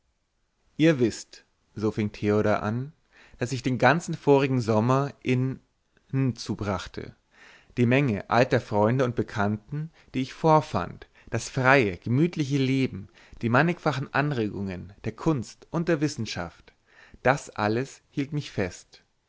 ihr wißt so fing theodor an daß ich den ganzen vorigen sommer in n zubrachte die menge alter freunde und bekannten die ich vorfand das freie gemütliche leben die mannigfachen anregungen der kunst und der wissenschaft das alles hielt mich fest